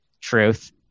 truth